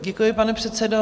Děkuji, pane předsedo.